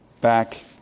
back